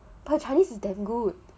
her chinese is damn good